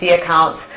accounts